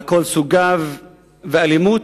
על כל סוגיהם, ואלימות,